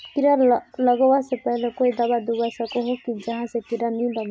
कीड़ा लगवा से पहले कोई दाबा दुबा सकोहो ही जहा से कीड़ा नी लागे?